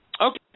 Okay